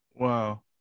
Wow